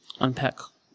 unpack